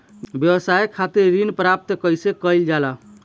व्यवसाय खातिर ऋण प्राप्त कइसे कइल जाला?